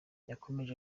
yakomeje